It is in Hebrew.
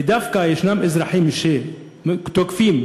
ודווקא יש אזרחים שתוקפים,